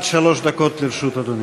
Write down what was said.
עד שלוש דקות לרשות אדוני.